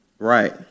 Right